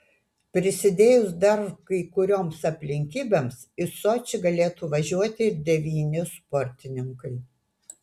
prisidėjus dar kai kurioms aplinkybėms į sočį galėtų važiuoti ir devyni sportininkai